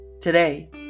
Today